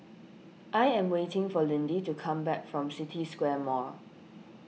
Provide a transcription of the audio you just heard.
I am waiting for Lindy to come back from City Square Mall